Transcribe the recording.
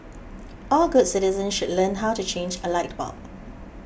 all good citizens should learn how to change a light bulb